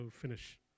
finish